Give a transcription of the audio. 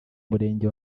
murenge